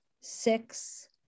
six